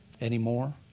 anymore